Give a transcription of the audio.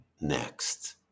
next